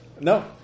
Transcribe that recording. No